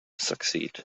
succeed